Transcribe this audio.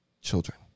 children